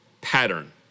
pattern